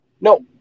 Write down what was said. No